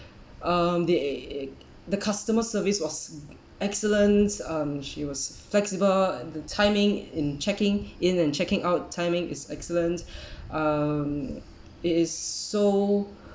um they the customer service was excellent um she was flexible and the timing in checking in and checking out timing is excellent um it is so